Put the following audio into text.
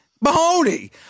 Mahoney